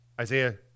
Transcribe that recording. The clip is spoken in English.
Isaiah